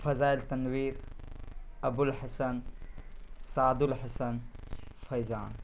Fazail Tanveer Abulhasan Saad Alhasan Faizan